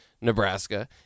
Nebraska